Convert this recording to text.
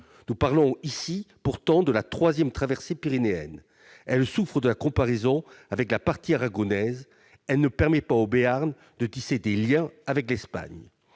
Nous parlons pourtant ici de la troisième traversée pyrénéenne ! Elle souffre de la comparaison avec la partie aragonaise et elle ne permet pas au Béarn de tisser des liens avec l'Espagne.